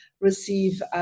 receive